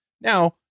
Now